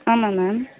ஆமாம் மேம்